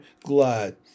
glad